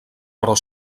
però